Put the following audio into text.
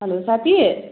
hello साथी